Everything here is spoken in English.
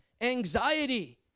anxiety